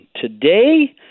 today